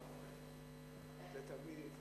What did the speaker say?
לסביר.